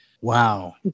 Wow